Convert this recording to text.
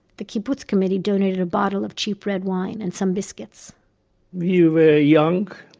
the kibbutz committee donated a bottle of cheap red wine and some biscuits we were young,